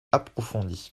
approfondie